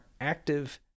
active